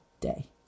day